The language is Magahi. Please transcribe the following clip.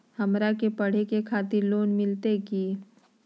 हमरा के पढ़े के खातिर लोन मिलते की?